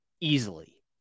easily